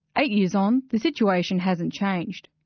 eight years on, the situation hasn't changed.